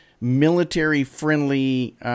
military-friendly